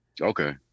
Okay